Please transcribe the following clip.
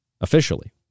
Officially